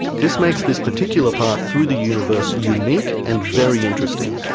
this makes this particular path through the universe unique and very interesting.